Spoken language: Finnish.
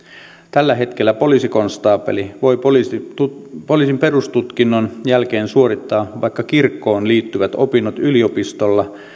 tällä hetkellä poliisikonstaapeli voi poliisin perustutkinnon jälkeen suorittaa vaikka kirkkoon liittyvät opinnot yliopistolla